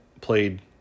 played